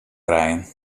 krijen